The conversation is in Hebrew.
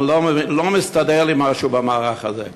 אני לא מבין, לא מסתדר לי משהו במערך הזה.